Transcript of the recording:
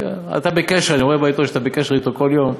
אני רואה בעיתון שאתה בקשר אתו כל יום,